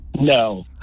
No